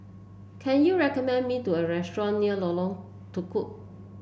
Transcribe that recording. can you recommend me to a restaurant near Lorong Tukol